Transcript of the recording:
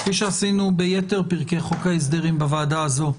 כפי שעשינו ביתר פרקי חוק ההסדרים בוועדה הזאת,